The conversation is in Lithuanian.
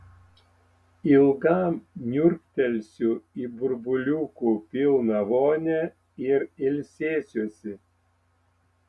ilgam niurktelėsiu į burbuliukų pilną vonią ir ilsėsiuosi